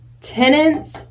tenants